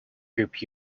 group